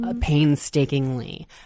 painstakingly